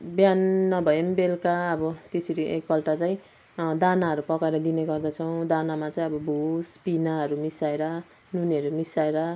बिहान नभए नि बेलुका अब त्यसरी एकपल्ट चाहिँ दानाहरू पकाएर दिने गर्दछौँ दानामा चाहिँ अब भुस पिनाहरू मिसाएर नुनहरू मिसाएर